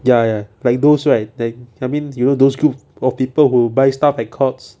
ya ya like those right then I mean you know those groups of people who buy staff at courts